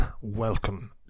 Welcome